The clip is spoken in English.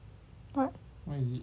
what